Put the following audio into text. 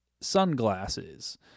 sunglasses